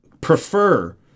prefer